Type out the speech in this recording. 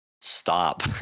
stop